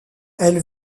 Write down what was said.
elle